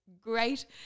great